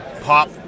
pop